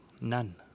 none